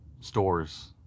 stores